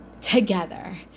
together